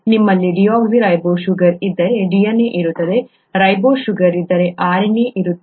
ನಿಮ್ಮಲ್ಲಿ deoxyribose sugar ಇದ್ದರೆ DNA ಇರುತ್ತದೆ ರೈಬೋಸ್ ಶುಗರ್ ಇದ್ದರೆ RNA ಇರುತ್ತದೆ